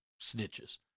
snitches